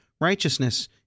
righteousness